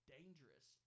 dangerous